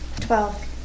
Twelve